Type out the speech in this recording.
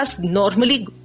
normally